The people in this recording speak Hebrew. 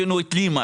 הבאנו את לימה,